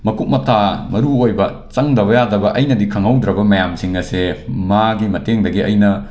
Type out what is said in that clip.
ꯃꯀꯨꯞ ꯃꯇꯥ ꯃꯔꯨ ꯑꯣꯏꯕ ꯆꯪꯗꯕ ꯌꯥꯗꯕ ꯑꯩꯅꯗꯤ ꯈꯪꯍꯧꯗ꯭ꯔꯕ ꯃꯌꯥꯝꯁꯤꯡ ꯑꯁꯦ ꯃꯥꯒꯤ ꯃꯇꯦꯡꯗꯒꯤ ꯑꯩꯅ